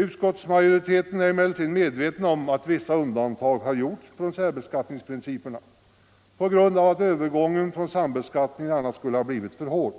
Utskottsmajoriteten är emellertid medveten om att vissa undantag har gjorts från särbeskattningsprinciperna på grund av att övergången från sambeskattningen annars skulle ha blivit för hård,